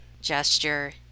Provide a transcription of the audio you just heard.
gesture